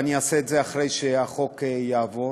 ואעשה את זה אחרי שהחוק יעבור,